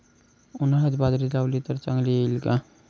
उन्हाळ्यात बाजरी लावली तर चांगली येईल का?